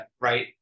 right